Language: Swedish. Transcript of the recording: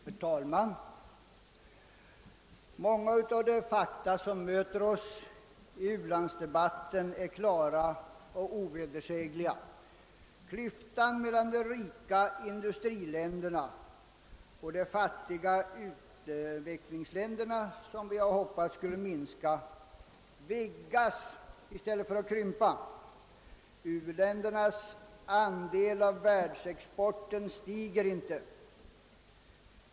Herr talman! Många av de fakta som möter oss i u-landsdebatten är klara och ovedersägliga. Klyftan mellan de rika industriländerna och de fattiga utvecklingsländerna, vilken vi hade hoppats skulle minska, vidgas i stället för att krympa. U-ländernas andel av världsexporten stiger inte.